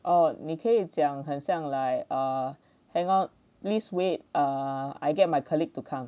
哦你可以讲很像 like err hang on err please wait err I get my colleague to come